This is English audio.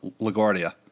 LaGuardia